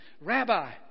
Rabbi